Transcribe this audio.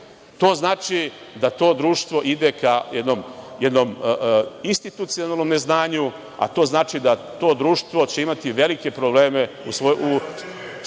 to znači da to društvo ide ka jednom institucionalnom neznanju, a to znači da će to društvo imati velike probleme u svojoj